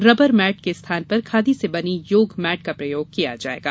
rubber mat के स्थान पर खादी से बनी योग मैट का प्रयोग किया जाएगा